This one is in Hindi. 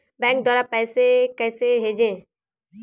बैंक द्वारा पैसे कैसे भेजें?